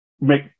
make